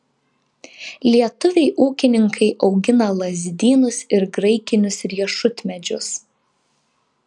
lietuviai ūkininkai augina lazdynus ir graikinius riešutmedžius